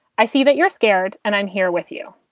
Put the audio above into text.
i see that you're scared and i'm here with you.